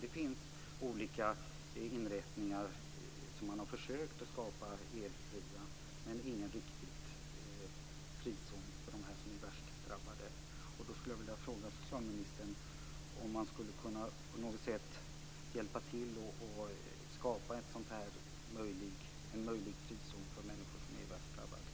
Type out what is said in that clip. Det finns olika inrättningar som man har försökt att göra elfria, men det finns ingen riktig frizon för de värst drabbade.